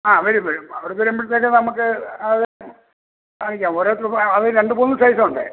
ആ വരും വരും അവിടെന്ന് വരുമ്പോഴത്തേനും നമുക്ക് കാണിക്കാം ഓരോരുത്തർക്കും രണ്ടുമൂന്ന് സൈസുണ്ട്